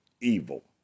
evil